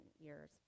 years